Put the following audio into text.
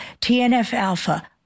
TNF-alpha